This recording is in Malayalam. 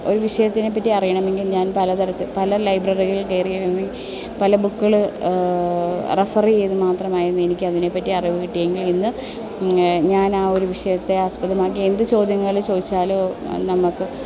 ഒരു വിഷയത്തിനെപ്പറ്റി അറിയണമെങ്കിൽ ഞാൻ പലതരത്തിൽ പല ലൈബ്രറികൾ കയറിയിറങ്ങി പല ബുക്കുകൾ റഫറ് ചെയ്ത് മാത്രമായിരുന്നു എനിക്കതിനെപ്പറ്റി അറിവ് കിട്ടിയെങ്കിൽ ഇന്ന് ഞാൻ ആ ഒരു വിഷയത്തെ ആസ്പദമാക്കി എന്ത് ചോദ്യങ്ങൾ ചോദിച്ചാലും നമുക്ക്